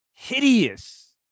Hideous